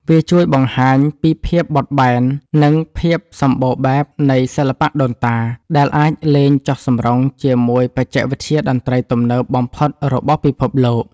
វាជួយបង្ហាញពីភាពបត់បែន និងភាពសម្បូរបែបនៃសិល្បៈដូនតា ដែលអាចលេងចុះសម្រុងជាមួយបច្ចេកវិទ្យាតន្ត្រីទំនើបបំផុតរបស់ពិភពលោក។